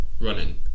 running